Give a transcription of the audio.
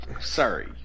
Sorry